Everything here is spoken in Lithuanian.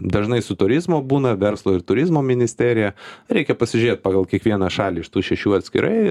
dažnai su turizmu būna verslo ir turizmo ministerija reikia pasižiūrėt pagal kiekvieną šalį iš tų šešių atskirai